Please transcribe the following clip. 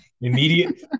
immediate